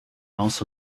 also